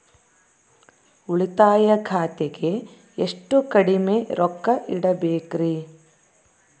ಉಳಿತಾಯ ಖಾತೆಗೆ ಎಷ್ಟು ಕಡಿಮೆ ರೊಕ್ಕ ಇಡಬೇಕರಿ?